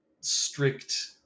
strict